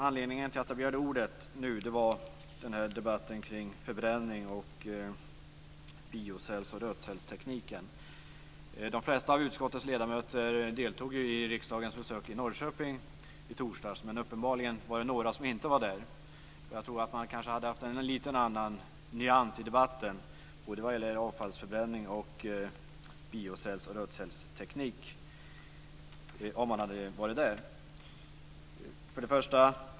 Anledningen till att jag begärde ordet nu var debatten kring förbränning och biocellsoch rötcellstekniken. De flesta av utskottets ledamöter deltog ju i riksdagens besök i Norrköping i torsdags. Men uppenbarligen var det några som inte var där. Jag tror att man hade haft en något annan nyans i debatten både vad gäller avfallsförbränning och biocells och rötcellsteknik om man hade varit där.